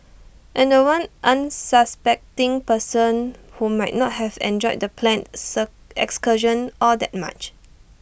and The One unsuspecting person who might not have enjoyed the planned sir excursion all that much